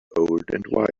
old